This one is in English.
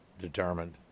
Determined